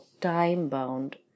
time-bound